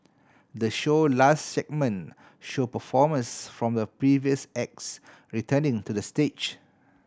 the show last segment show performers from the previous acts returning to the stage